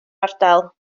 ardal